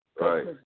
Right